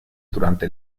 durante